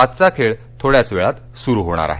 आजचा खेळ थोड्याच वेळात सुरु होणार आहे